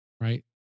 right